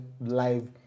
live